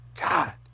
God